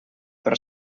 per